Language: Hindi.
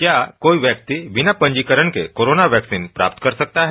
क्या कोई व्यक्ति बिना पंजीकरण के कोरोना वैक्सीन पर काम कर सकता है